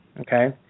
Okay